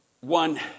One